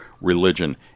religion